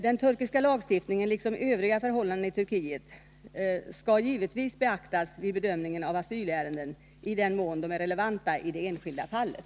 Den turkiska lagstiftningen liksom övriga förhållanden i Turkiet skall givetvis beaktas vid bedömningen av asylärenden i den mån de är relevanta i det enskilda fallet.